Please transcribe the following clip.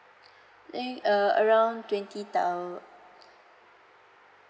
I think uh around twenty thousand